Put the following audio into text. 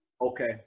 Okay